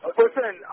Listen